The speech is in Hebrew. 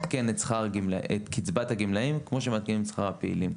לעדכן את שכר הגמלאים כמו שמעדכנים את שכר הפעילים.